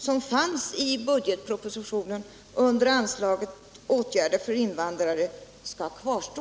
som föreslogs i budgetpropositionen under anslaget Åtgärder för invandrare skall kvarstå.